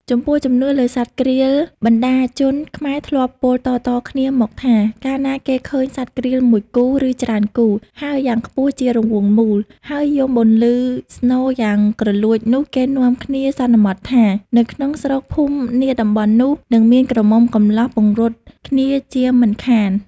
ចំពោះ ជំនឿលើសត្វក្រៀល បណ្ដាជនខ្មែរធ្លាប់ពោលតៗគ្នាមកថា កាលណាគេឃើញសត្វក្រៀលមួយគូ ឬច្រើនគូ ហើរយ៉ាងខ្ពស់ជារង្វង់មូល ហើយយំបន្លឺស្នូរយ៉ាងគ្រលួចនោះ គេនាំគ្នាសន្មតថា នៅក្នុងស្រុកភូមិនាតំបន់នោះ និងមានក្រមុំកំលោះពង្រត់គ្នាជាមិនខាន។